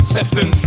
Sefton